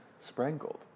sprinkled